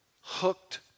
hooked